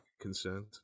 concerned